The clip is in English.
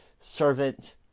servant